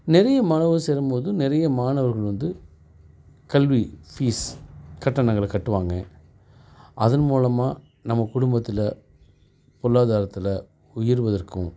நிறைய மாணவர்கள் சேரும் போது நிறைய மாணவர்கள் வந்து கல்வி ஃபீஸ் கட்டணங்களை கட்டுவாங்க அதன் மூலமாக நம்ம குடும்பத்தில் பொருளாதாரத்தில் உயர்வதற்கும்